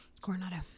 Coronado